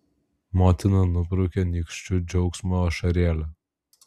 motina nubraukia nykščiu džiaugsmo ašarėlę